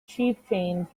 chieftains